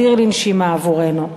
אוויר לנשימה עבורנו.